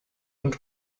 und